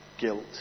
guilt